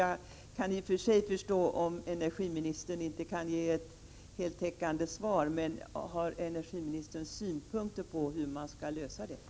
Jag kan i och för sig förstå om energiministern inte kan ge ett heltäckande svar, men jag vill fråga om energiministern har synpunkter på hur detta problem skall lösas.